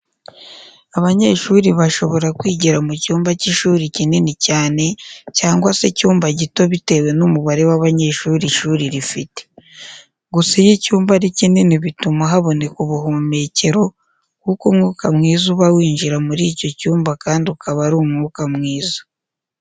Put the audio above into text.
Abanyeshuri bashobora kwigira mu cyumba cy'ishuri kinini cyane cyangwa se icyumba gito bitewe n'umubare w'abanyeshuri ishuri rifite. Gusa iyo icyumba ari kinini bituma haboneka ubuhumekero kuko umwuka mwiza uba winjira muri icyo cyumba kandi ukaba ari umwuka mwiza.